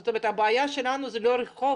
זאת אומרת, הבעיה שלנו אינה הרחוב,